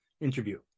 interview